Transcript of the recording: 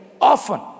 often